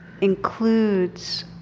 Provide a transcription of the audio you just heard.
includes